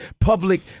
public